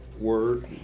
word